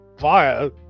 fire